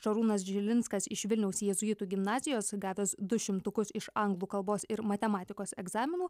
šarūnas žilinskas iš vilniaus jėzuitų gimnazijos gavęs du šimtukus iš anglų kalbos ir matematikos egzaminų